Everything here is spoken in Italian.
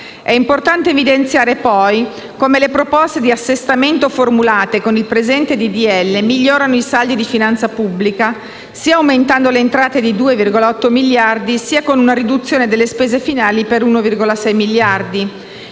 È importante evidenziare poi come le proposte di assestamento formulate con il presente disegno di legge migliorano i saldi di finanza pubblica, sia aumentando le entrate di 2,8 miliardi, sia con una riduzione delle spese finali per 1,6 miliardi